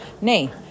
Nay